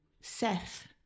Seth